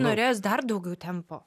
norėjos dar daugiau tempo